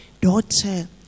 Daughter